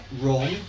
wrong